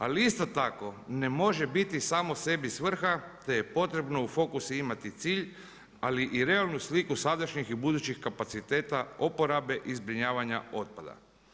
Ali isto tako, ne može biti samo sebi svrha, te je potrebno u fokus imati cilj, ali i realnu sliku sadašnjih i budućih kapaciteta oporabe i zbrinjavanja otpada.